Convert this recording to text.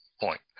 point